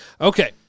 Okay